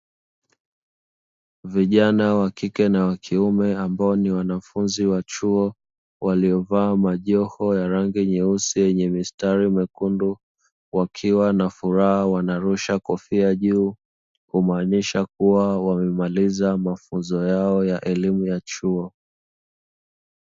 Vijana wa kike na wa kiume ambao ni wanafunzi wa chuo waliovaa majoho ya rangi nyeusi yenye mistari mekundu wakiwa na furaha wanarusha kofia juu kumaanisha kuwa wamemaliza mafunzo yao ya elimu ya chuo.